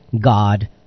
God